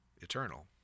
eternal